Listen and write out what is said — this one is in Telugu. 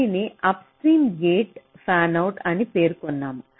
దీనినే అప్స్ట్రీమ్ గేట్ల ఫ్యాన్అవుట్ అని పేర్కొన్నాము